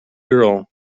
girl